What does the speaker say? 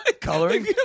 Coloring